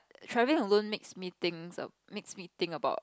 traveling alone makes me think makes me think about